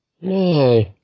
No